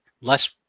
less